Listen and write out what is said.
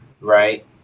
right